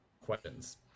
questions